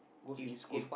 if if